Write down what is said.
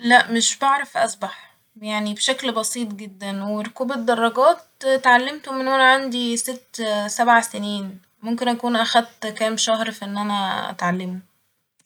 لأ مش بعرف أسبح ، يعني بشكل بسيط جدا ، وركوب الدراجات اتعلمت من وأنا عندي ست سبع سنين ، ممكن أكون أخدت كام شهر ف إن أنا أتعلمه